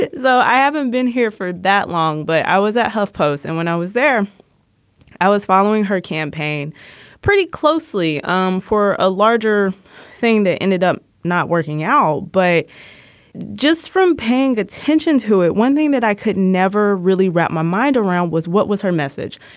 though, i haven't been here for that long but i was at huffpost's and when i was there i was following her campaign pretty closely um for a larger thing that ended up not working out, but just from paying attention to it one thing that i could never really wrap my mind around was what was her message?